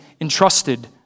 entrusted